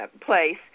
place